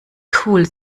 cool